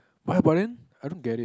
but ya but then I don't get it